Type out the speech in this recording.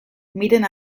miren